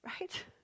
right